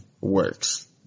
works